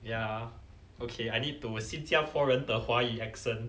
ya okay I need to 新加坡人的华语 accent